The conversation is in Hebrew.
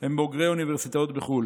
הם בוגרי אוניברסיטאות בחו"ל.